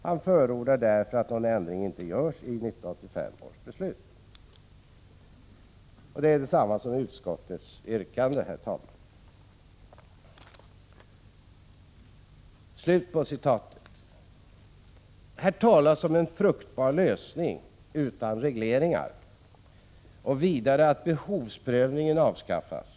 Han förordar därför att någon ändring inte görs i 1985 års beslut.” Utskottsmajoriteten har i sitt yrkande följt vad föredraganden förordade. I den citerade texten talas om en fruktbar lösning utan regleringar och om att behovsprövningen kommer att avskaffas.